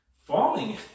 Falling